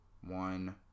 one